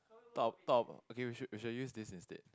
talk talk okay we should we should used this instead